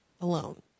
alone